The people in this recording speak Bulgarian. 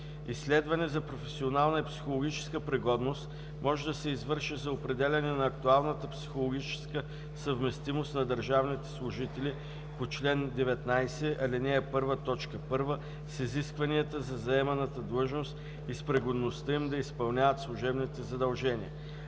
Изследване за професионална и психологическа пригодност може да се извърши за определяне на актуалната психологическа съвместимост на държавните служители по чл. 19, ал. 1, т. 1 с изискванията за заеманата длъжност и с пригодността им да изпълняват служебните задължения.